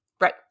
Right